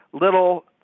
little